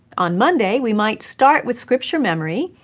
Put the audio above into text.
on monday we might start with scripture memory,